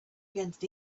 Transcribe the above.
against